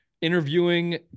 interviewing